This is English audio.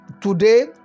today